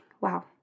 wow